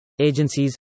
agencies